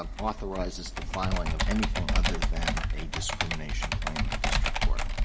um authorizes the filing of anything other than a discrimination claim in district court?